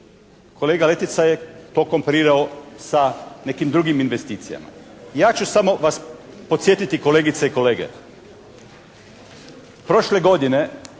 Kolega Letica je to komparirao sa nekim drugim investicijama. Ja ću samo vas podsjetiti, kolegice i kolege, prošle godine